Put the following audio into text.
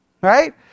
right